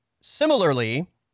Similarly